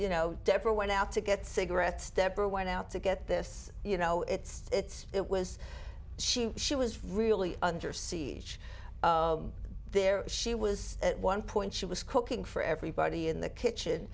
you know debra went out to get cigarettes stepper went out to get this you know it's it was she she was really under siege there she was at one point she was cooking for everybody in the kitchen